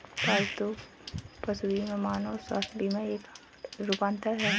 पालतू पशु बीमा मानव स्वास्थ्य बीमा का एक रूपांतर है